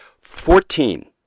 Fourteen